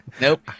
Nope